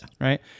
right